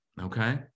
Okay